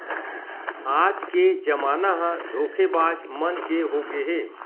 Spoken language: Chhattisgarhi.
आज के जमाना ह धोखेबाज मन के होगे हे